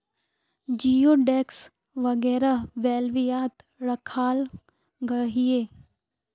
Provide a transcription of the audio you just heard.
जिओडेक्स वगैरह बेल्वियात राखाल गहिये